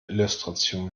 illustration